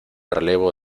relevo